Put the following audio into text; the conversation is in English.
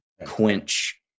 quench